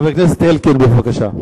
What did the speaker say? חבר הכנסת זאב אלקין, בבקשה.